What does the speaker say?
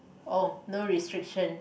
oh no restriction